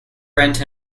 rent